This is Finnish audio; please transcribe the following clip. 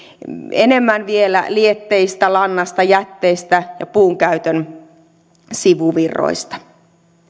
enemmän vielä lietteistä lannasta jätteistä ja puunkäytön sivuvirroista